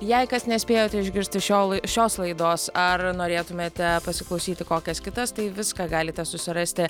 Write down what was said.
jei kas nespėjote išgirsti šio šios laidos ar norėtumėte pasiklausyti kokias kitas tai viską galite susirasti